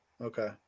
okay